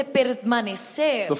permanecer